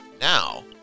Now